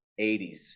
80s